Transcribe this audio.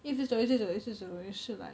一直走一直走一直走也是 like